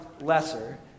lesser